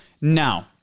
Now